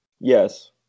Yes